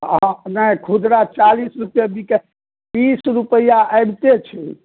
हँ नहि खुदरा चालीस रुपआ बिकाइ बीस रुपआ आबिते छै